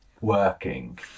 working